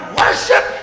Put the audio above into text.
worship